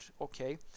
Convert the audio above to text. okay